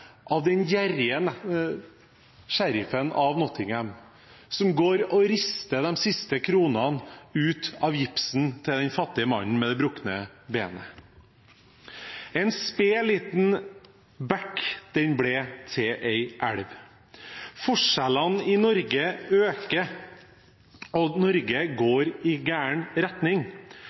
av den gjerrige sheriffen av Nottingham som går og rister de siste kronene ut av gipsen til den fattige mannen med det brukne beinet. En sped liten bekk ble til en elv. Forskjellene i Norge øker, og Norge går i gal retning.